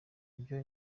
vyo